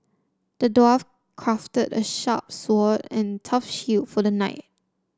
the dwarf crafted a sharp sword and tough shield for the knight